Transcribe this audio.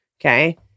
okay